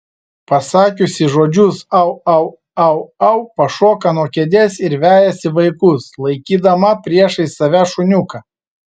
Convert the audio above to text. pasakiusi žodžius au au au au pašoka nuo kėdės ir vejasi vaikus laikydama priešais save šuniuką